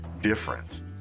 different